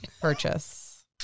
purchase